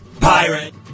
pirate